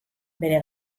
bere